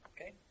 Okay